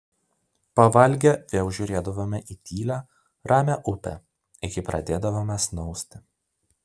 pavalgę vėl žiūrėdavome į tylią ramią upę iki pradėdavome snausti